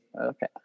okay